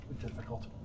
Difficult